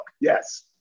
Yes